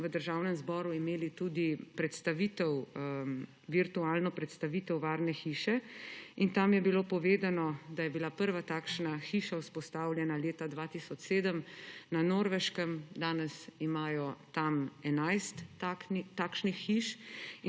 v Državnem zboru imeli tudi virtualno predstavitev varne hiše, in tam je bilo povedano, da je bila prva takšna hiša vzpostavljena leta 2007 na Norveškem. Danes imajo tam 11 takšnih hiš